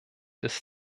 das